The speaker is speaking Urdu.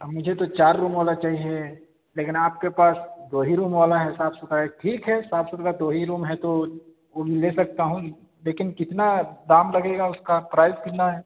مجھے تو چار روم والا چاہیے لیکن آپ کے پاس دو ہی روم والا ہے صاف ستھرائی ٹھیک ہے صاف ستھرا دو ہی روم ہے تو وہ بھی لے سکتا ہوں لیکن کتنا دام لگے گا اس کا پرائز کتنا ہے